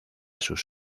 sus